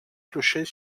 clocher